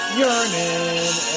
yearning